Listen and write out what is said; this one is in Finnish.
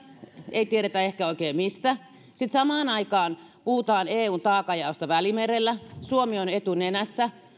ei tiedetä ehkä oikein mistä sitten samaan aikaan puhutaan eun taakanjaosta välimerellä suomi on etunenässä